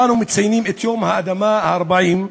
אנו מציינים את יום האדמה ה-40,